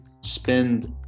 spend